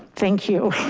thank you.